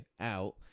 out